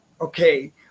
okay